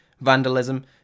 Vandalism